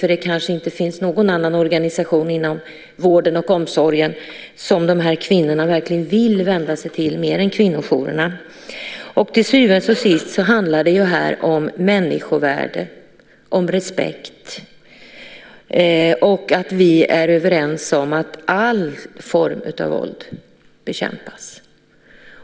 Det finns kanske inte någon annan organisation inom vården och omsorgen som de här kvinnorna hellre vill vända sig till än kvinnojourerna. Till syvende och sist handlar det om människovärde, respekt och att vi ska vara överens om att allt våld ska bekämpas.